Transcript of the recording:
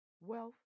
Wealth